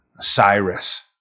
Cyrus